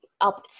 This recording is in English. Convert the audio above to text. up